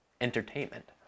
entertainment